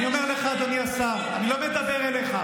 אני אומר לך, אדוני השר, אני לא מדבר אליך.